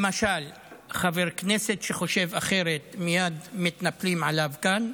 למשל חבר כנסת שחושב אחרת, מייד מתנפלים עליו כאן,